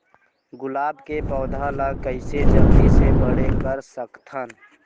गुलाब के पौधा ल कइसे जल्दी से बड़े कर सकथन?